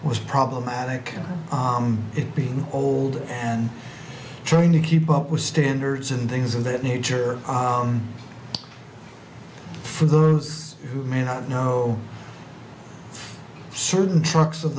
was problematic it being old and trying to keep up with standards and things of that nature for those who may not know certain trucks of